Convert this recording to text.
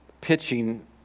pitching